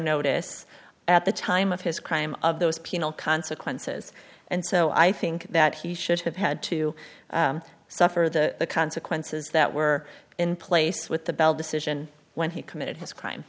notice at the time of his crime of those penal consequences and so i think that he should have had to suffer the consequences that were in place with the bell decision when he committed his crime